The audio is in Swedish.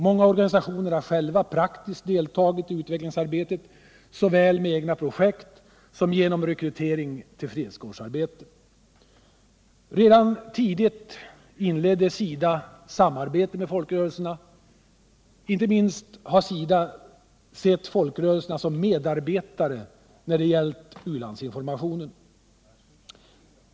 Många organisationer har själva praktiskt deltagit i utvecklingsarbetet såväl med egna projekt som genom rekrytering till fredskårsarbete. Redan tidigt inledde SIDA samarbete med folkrörelserna. Inte minst har SIDA sett folkrörelserna som medarbetare när det gällt u-landsinformationen.